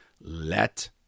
let